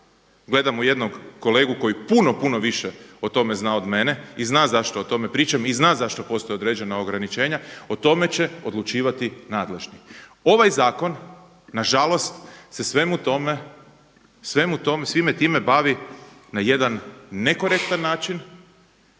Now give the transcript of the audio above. gledam u jednog kolegu koji puno, puno više o tome zna od mene i zna zašto o tome pričam i zna zašto postoje određena ograničenja, o tome će odlučivati nadležni. Ovaj zakon na žalost se svemu tome, svime time bavi na jedan nekorektan način